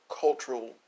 cultural